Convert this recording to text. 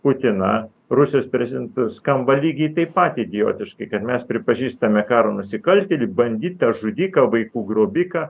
putiną rusijos prezidentu skamba lygiai taip pat idiotiškai kad mes pripažįstame karo nusikaltėlį banditą žudiką vaikų grobiką